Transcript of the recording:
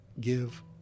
give